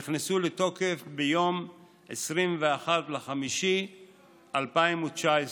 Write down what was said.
נכנסו לתוקף ב-21 במאי 2019,